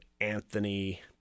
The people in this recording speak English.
Anthony